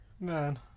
man